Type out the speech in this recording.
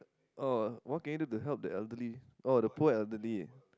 oh what can you do to help the elderly oh the poor elderly